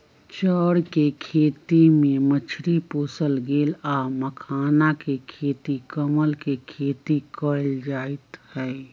चौर कें खेती में मछरी पोशल गेल आ मखानाके खेती कमल के खेती कएल जाइत हइ